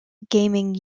gaming